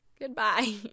Goodbye